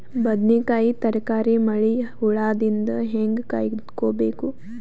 ಬದನೆಕಾಯಿ ತರಕಾರಿ ಮಳಿ ಹುಳಾದಿಂದ ಹೇಂಗ ಕಾಯ್ದುಕೊಬೇಕು?